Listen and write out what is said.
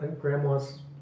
Grandma's